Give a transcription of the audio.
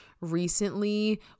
recently